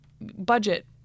budget